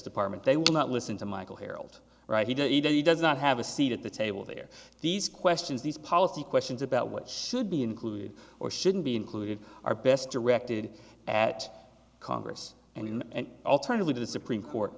department they will not listen to michael harold write he did either he does not have a seat at the table there these questions these policy questions about what should be included or shouldn't be included are best directed at congress and in an alternative way to the supreme court